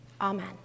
Amen